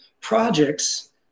projects